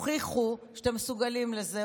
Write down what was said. תוכיחו שאתם מסוגלים לזה,